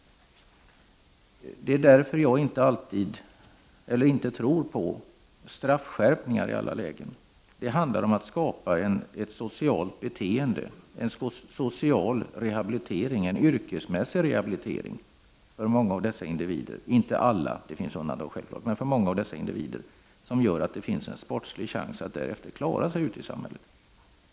Det är därför som jag inte tror på straffskärpningar i alla lägen. Det handlar om att skapa ett socialt beteende, en social och yrkesmässig rehabilitering, för många av dessa individer — självfallet inte för alla — så att de sedan har en sportslig chans att klara sig ute i samhället.